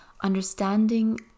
understanding